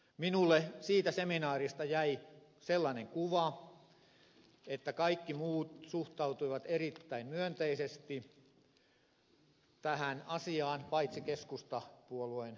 minulle siitä seminaarista jäi sellainen kuva että kaikki muut suhtautuivat erittäin myönteisesti tähän asiaan paitsi keskustapuolueen edustaja